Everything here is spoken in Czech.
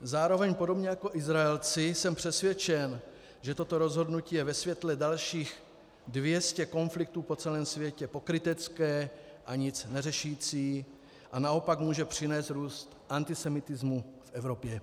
Zároveň podobně jako Izraelci jsem přesvědčen, že toto rozhodnutí je ve světle dalších 200 konfliktů po celém světě pokrytecké a nic neřešící a naopak může přinést růst antisemitismu v Evropě.